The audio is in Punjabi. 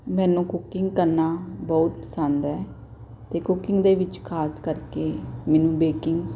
ਮੈਨੂੰ ਕੂਕਿੰਗ ਕਰਨਾ ਬਹੁਤ ਪਸੰਦ ਹੈ ਅਤੇ ਕੂਕਿੰਗ ਦੇ ਵਿੱਚ ਖ਼ਾਸ ਕਰਕੇ ਮੈਨੂੰ ਬੇਕਿੰਗ